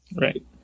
Right